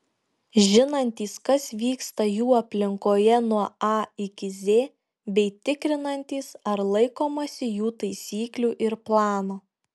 žinantys kas vyksta jų aplinkoje nuo a iki z bei tikrinantys ar laikomasi jų taisyklų ir plano